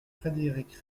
frédéric